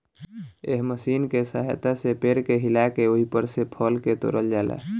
एह मशीन के सहायता से पेड़ के हिला के ओइपर से फल के तोड़ल जाला